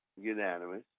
unanimous